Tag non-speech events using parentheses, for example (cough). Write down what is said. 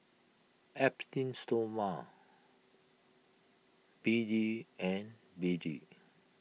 (unintelligible) teem Stoma B D and B D